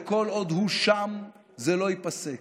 וכל עוד הוא שם זה לא ייפסק.